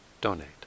donate